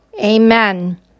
Amen